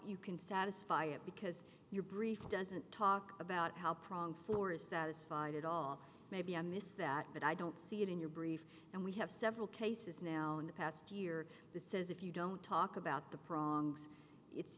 you can satisfy it because your brief doesn't talk about how prong floor is satisfied at all maybe i missed that but i don't see it in your brief and we have several cases now in the past year the says if you don't talk about the prongs it's